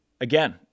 again